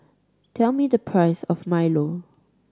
tell me the price of milo